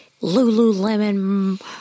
Lululemon